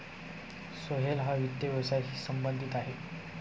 सोहेल हा वित्त व्यवसायाशी संबंधित आहे